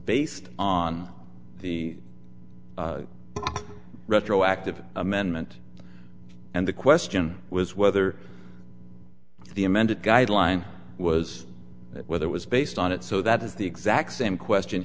based on the retroactive amendment and the question was whether the amended guideline was that weather was based on it so that is the exact same question